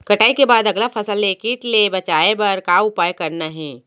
कटाई के बाद अगला फसल ले किट ले बचाए बर का उपाय करना हे?